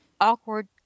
awkward